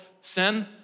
sin